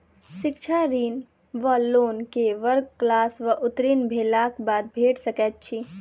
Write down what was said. शिक्षा ऋण वा लोन केँ वर्ग वा क्लास उत्तीर्ण भेलाक बाद भेट सकैत छी?